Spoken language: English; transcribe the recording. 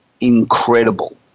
incredible